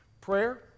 prayer